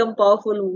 powerful